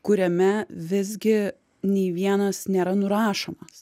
kuriame visgi nei vienas nėra nurašomas